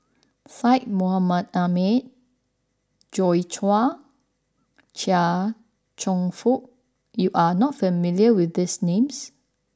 Syed Mohamed Ahmed Joi Chua and Chia Cheong Fook you are not familiar with these names